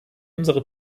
unsere